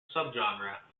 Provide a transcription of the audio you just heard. subgenre